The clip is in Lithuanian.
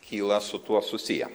kyla su tuo susiję